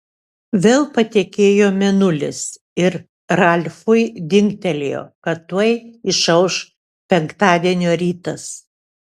vėl patekėjo mėnulis ir ralfui dingtelėjo kad tuoj išauš penktadienio rytas